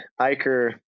Iker